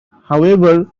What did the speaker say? however